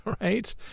Right